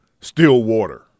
Stillwater